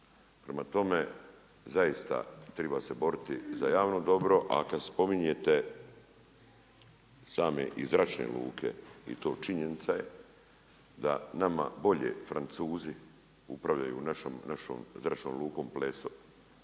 Prema tome, zaista treba se boriti za javno dobro, a kad spominjete sami iz zračne luke, i to činjenica je da nama bolje Francuzi upravljaju našom zračnom lukom Pleso